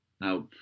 Now